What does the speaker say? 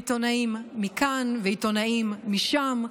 עיתונאים מכאן ועיתונאים משם.